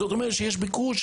זאת אומרת שיש ביקוש,